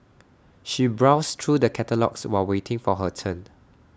she browsed through the catalogues while waiting for her turn